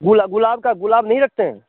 गुल गुलाब का गुलाब नहीं रखते हैं